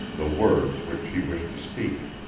the words which she wished to speak.